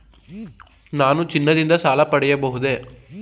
ನಾನು ಚಿನ್ನದಿಂದ ಸಾಲ ಪಡೆಯಬಹುದೇ?